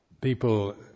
people